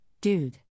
dude